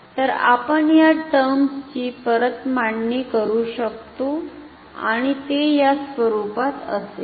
तर आपण या टर्म्स ची परत मांडणी करू शकतो आणि ते या स्वरुपात असेल